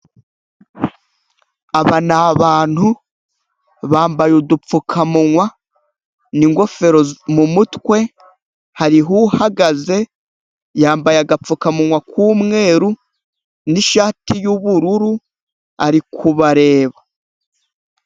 Aba ni abantu bambaye udupfukamunwa n'ingofero mu mutwe. Hariho uhagaze yambaye agapfukamunwa k'umweru n'ishati y'ubururu ari kubareba.